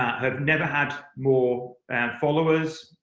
have never had more and followers,